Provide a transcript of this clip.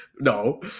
no